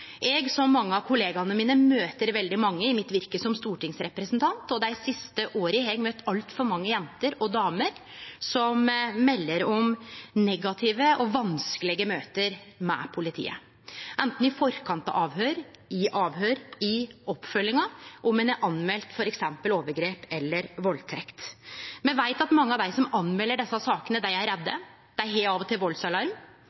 Eg, som mange av kollegaene mine, møter veldig mange i virket mitt som stortingsrepresentant, og dei siste åra har eg møtt altfor mange jenter og damer som melder om negative og vanskelege møte med politiet, anten i forkant av avhøyr, i avhøyr eller i oppfølginga – om ein har meldt til politiet om f.eks. overgrep eller valdtekt. Me veit at mange av dei som melder desse sakene til politiet, er redde.